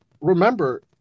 remember